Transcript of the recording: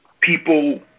people